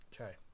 Okay